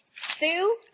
Sue